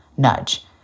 Nudge